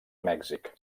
mèxic